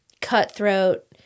cutthroat